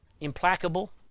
implacable